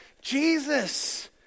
Jesus